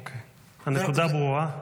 אוקיי, הנקודה ברורה.